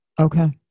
Okay